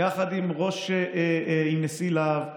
יחד עם נשיא לה"ב,